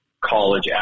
college